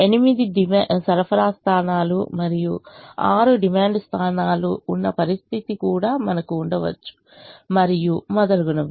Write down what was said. ఎనిమిది సరఫరా పాయింట్లు మరియు ఆరు డిమాండ్ స్థానాలు ఉన్న పరిస్థితి కూడా మనకు ఉండవచ్చు మరియు మొదలగునవి